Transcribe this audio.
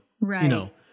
Right